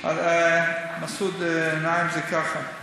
אני מציעה לך להכניס את זה לסדר-היום.